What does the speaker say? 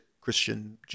Christian